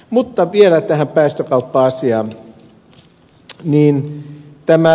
mutta vielä tähän päästökauppa asiaan